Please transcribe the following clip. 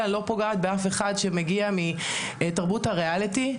אני לא פוגעת באף אחד שמגיע מתרבות הריאליטי,